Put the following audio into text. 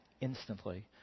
instantly